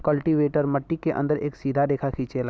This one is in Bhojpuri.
कल्टीवेटर मट्टी के अंदर एक सीधा रेखा खिंचेला